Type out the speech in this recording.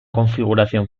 configuración